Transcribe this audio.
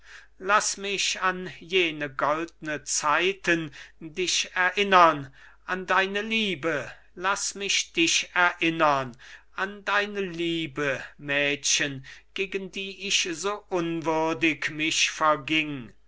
laß mich an jene goldne zeiten dich erinnern an deine liebe laß mich dich erinnern an deine liebe mädchen gegen die ich so unwürdig mich verging